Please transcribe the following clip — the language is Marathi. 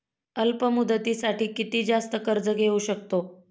अल्प मुदतीसाठी किती जास्त कर्ज घेऊ शकतो?